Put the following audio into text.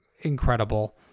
incredible